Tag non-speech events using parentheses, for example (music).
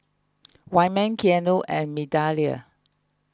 (noise) Wyman Keanu and Migdalia